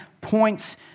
points